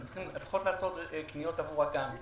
הן צריכות לעשות קניות עבור הגן,